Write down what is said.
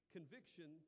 Conviction